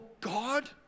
God